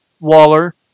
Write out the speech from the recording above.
Waller